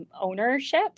ownership